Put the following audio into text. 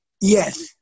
Yes